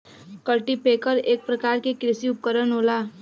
cultipacker एक परकार के कृषि उपकरन होला